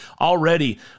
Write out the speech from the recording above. already